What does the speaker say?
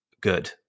good